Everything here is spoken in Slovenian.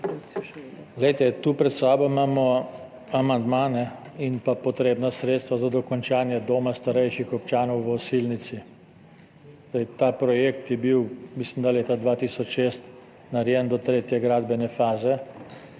koalicije. Pred sabo imamo amandma in potrebna sredstva za dokončanje doma starejših občanov v Osilnici. Ta projekt je bil, mislim, da leta 2006, narejen do tretje gradbene faze,